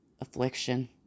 affliction